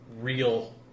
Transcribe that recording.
real